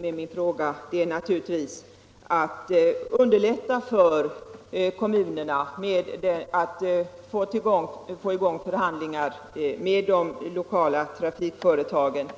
med min fråga är naturligtvis att underlätta för kommunerna att få till stånd överenskommelser med de lokala trafikföretagen.